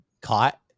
caught